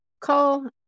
call